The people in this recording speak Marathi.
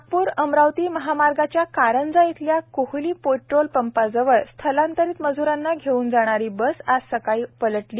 नागपूर अमरावती महामार्गाच्या कारंजा इथल्या कोहली पेट्रोल पंपाजवळ स्थलांतरित मज्रांना घेऊन जाणारी बस आज सकाळी पलटली